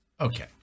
Okay